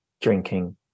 drinking